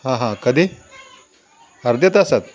हां हां कधी अर्ध्या तासात